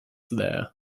there